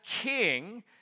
king